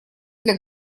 для